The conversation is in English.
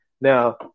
Now